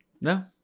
No